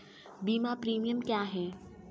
बीमा प्रीमियम क्या है?